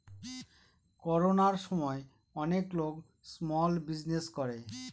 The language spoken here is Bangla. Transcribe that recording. করোনার সময় অনেক লোক স্মল বিজনেস করে